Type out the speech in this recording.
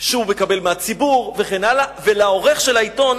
שהוא מקבל מהציבור וכן הלאה, ולעורך של העיתון